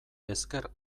ezker